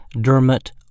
Dermot